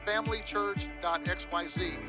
familychurch.xyz